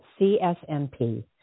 CSNP